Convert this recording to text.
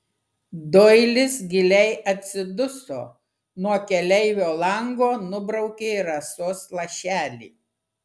doilis giliai atsiduso nuo keleivio lango nubraukė rasos lašelį